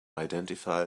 identify